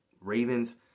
Ravens